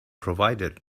provided